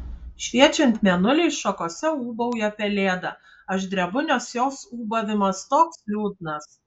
šviečiant mėnuliui šakose ūbauja pelėda aš drebu nes jos ūbavimas toks liūdnas